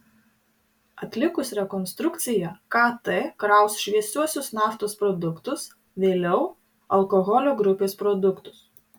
atlikus rekonstrukciją kt kraus šviesiuosius naftos produktus vėliau alkoholio grupės produktus